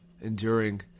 enduring